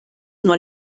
nur